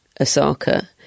Osaka